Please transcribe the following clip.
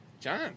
John